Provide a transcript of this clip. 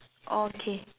okay